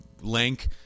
Link